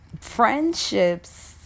Friendships